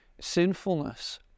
sinfulness